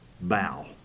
bow